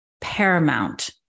paramount